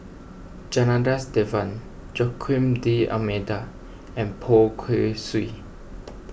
Janadas Devan Joaquim D'Almeida and Poh Kay Swee